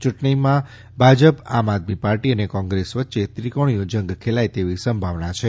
ચૂંટણીમાં ભાજપ આમઆદમી પાર્ટી અને કોંગ્રેસ વચ્ચે ત્રિકોણીયો જંગ ખેલાય તેવી સંભાવના છે